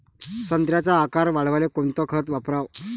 संत्र्याचा आकार वाढवाले कोणतं खत वापराव?